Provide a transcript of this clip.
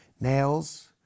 nails